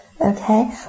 okay